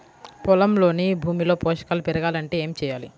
పొలంలోని భూమిలో పోషకాలు పెరగాలి అంటే ఏం చేయాలి?